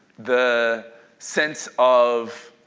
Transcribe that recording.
the sense of